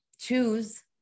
choose